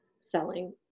selling